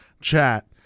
chat